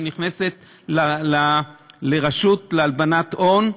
שנכנסת לרשות להלבנת הון,